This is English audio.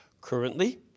Currently